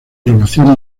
grabaciones